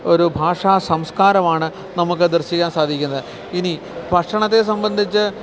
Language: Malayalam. ഒരു ഭാഷാ സംസ്കാരമാണ് നമുക്ക് ദർശിക്കാൻ സാധിക്കുന്നത് ഇനി ഭക്ഷണത്തെ സംബന്ധിച്ച്